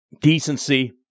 decency